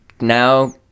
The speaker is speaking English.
now